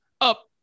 Up